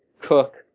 Cook